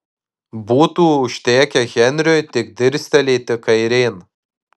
būtų užtekę henriui tik dirstelėti kairėn